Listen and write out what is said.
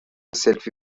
سلفی